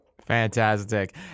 Fantastic